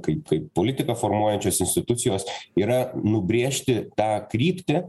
kaip kaip politiką formuojančios institucijos yra nubrėžti tą kryptį